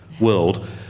world